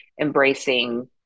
embracing